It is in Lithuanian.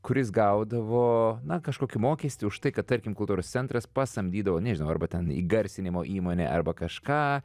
kuris gaudavo na kažkokį mokestį už tai kad tarkim kultūros centras pasamdydavo nežinau arba ten įgarsinimo įmonę arba kažką